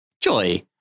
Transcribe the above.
Joy